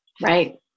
Right